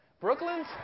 Brooklyn's